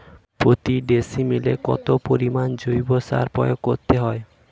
প্রতি ডিসিমেলে কত পরিমাণ জৈব সার প্রয়োগ করতে হয়?